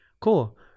Cool